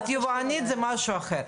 את יבואנית, זה משהו אחר.